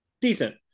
Decent